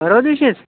परवा दिवशीच